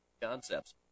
Concepts